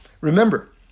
Remember